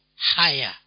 higher